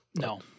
No